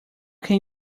can